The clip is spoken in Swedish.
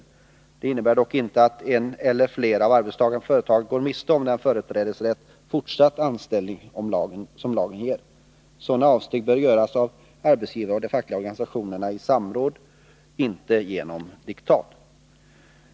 Detta innebär dock inte att en eller flera av arbetstagarna på företaget går miste om den företrädesrätt till fortsatt anställning som lagen ger. Sådana avsteg bör göras av arbetsgivarna och de fackliga organisationerna i samråd, inte genom diktat.